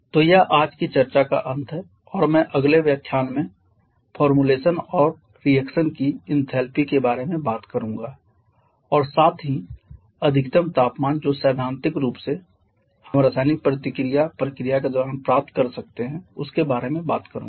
तो यह आज की चर्चा का अंत है और मैं अगले व्याख्यान में गठन और प्रतिक्रिया की इनथैलपी के बारे में बात करूंगा और साथ ही अधिकतम तापमान जो सैद्धांतिक रूप से हम रासायनिक प्रतिक्रिया प्रक्रिया के दौरान प्राप्त कर सकते हैं उसके बारेमे बात करूँगा